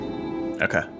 Okay